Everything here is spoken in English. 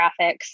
graphics